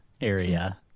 area